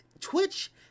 twitch